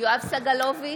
יואב סגלוביץ'